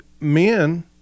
men